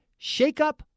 shakeup